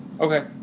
Okay